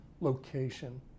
location